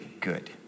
good